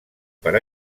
per